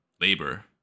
labor